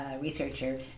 researcher